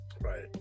Right